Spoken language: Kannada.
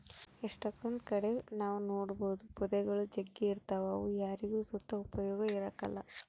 ಎಷ್ಟಕೊಂದ್ ಕಡೆ ನಾವ್ ನೋಡ್ಬೋದು ಪೊದೆಗುಳು ಜಗ್ಗಿ ಇರ್ತಾವ ಅವು ಯಾರಿಗ್ ಸುತ ಉಪಯೋಗ ಇರಕಲ್ಲ